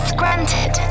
granted